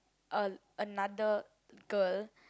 a another girl